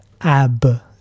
ab